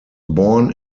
born